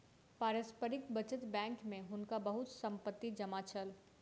पारस्परिक बचत बैंक में हुनका बहुत संपत्ति जमा छल